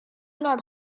not